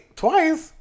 twice